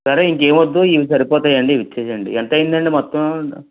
సరే ఇంకేమి వద్దు ఇవి సరిపోతాయండి ఇవి ఇచ్చేయండి ఎంత అయ్యింది అండి మొత్తం